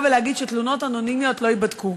ולהגיד שתלונות אנונימיות לא ייבדקו?